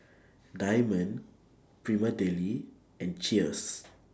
Diamond Prima Deli and Cheers